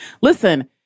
Listen